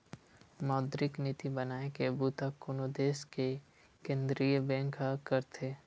मौद्रिक नीति बनाए के बूता कोनो देस के केंद्रीय बेंक ह करथे